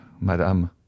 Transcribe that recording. madame